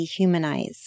dehumanize